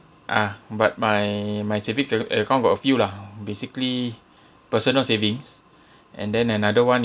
ah but my my savings acc~ uh account got a few lah basically personal savings and then another [one]